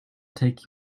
take